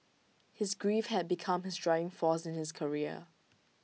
his grief had become his driving force in his career